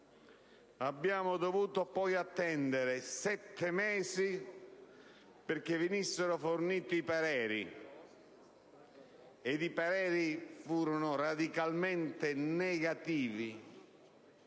(abbiamo dovuto poi attendere sette mesi perché venissero forniti i pareri, che furono radicalmente negativi: